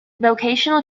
vocational